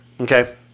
Okay